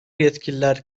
yetkililer